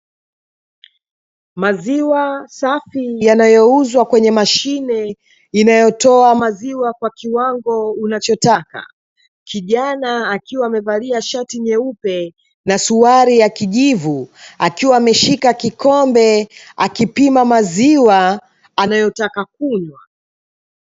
Maziwa safi yanayouzwa kwenye mashine inayotoa maziwa kwa kiwango unachotaka, kijana akiwa amevalia shati nyeupe na suruali ya kijivu, akiwa ameshika kikombe akipima maziwa anayotaka kunywa.